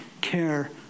care